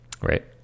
right